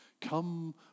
Come